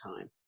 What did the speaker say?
time